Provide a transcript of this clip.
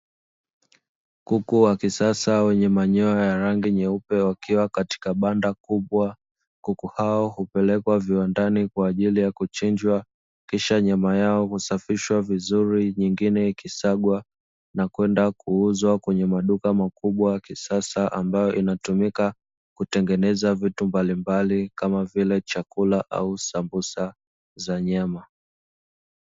Kuku wa kisasa wenye manyoya ya rangi nyeupe, wakiwa katika banda kubwa. Kuku hao hupelekwa viwandani kwa ajili ya kuchinjwa kisha nyama yao kusafishwa vizuri, nyingine ikisagwa na kwenda kuuzwa kwenye maduka makubwa ya kisasa, ambayo inatumika kutengeneza vitu mbalimbali, kama vile chakula au sambusa za nyama.